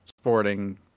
sporting